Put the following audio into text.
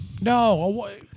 No